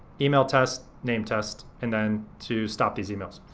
email test, name test and then to stop these emails.